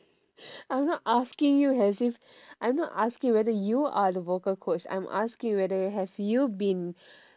I'm not asking you has if I'm not asking whether you are the vocal coach I'm asking whether have you been